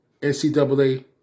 NCAA